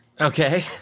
Okay